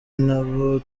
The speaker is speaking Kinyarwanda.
nabo